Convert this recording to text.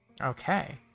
Okay